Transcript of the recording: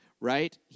right